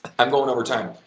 i'm going overtime,